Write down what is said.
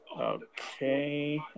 Okay